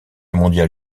mondial